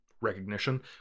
recognition